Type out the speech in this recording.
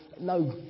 no